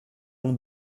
mon